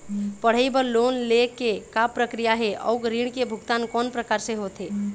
पढ़ई बर लोन ले के का प्रक्रिया हे, अउ ऋण के भुगतान कोन प्रकार से होथे?